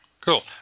Cool